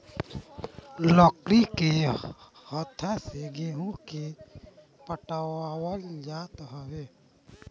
लकड़ी के हत्था से गेंहू के पटावल जात हवे